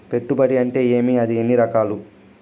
పెట్టుబడి అంటే ఏమి అది ఎన్ని రకాలు